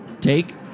take